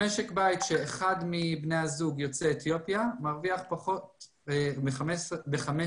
משק בית שאחד מבני הזוג יוצא אתיופיה מרוויח פחות 5,000